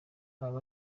baba